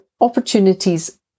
opportunities